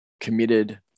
committed